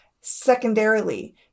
secondarily